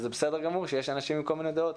וזה בסדר גמור שיש אנשים עם כל מיני דעות.